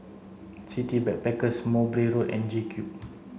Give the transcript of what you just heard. City Backpackers Mowbray Road and JCube